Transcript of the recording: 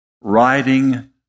Riding